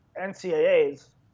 NCAA's